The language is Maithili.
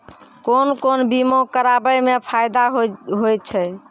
कोन कोन बीमा कराबै मे फायदा होय होय छै?